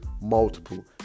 multiple